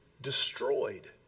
destroyed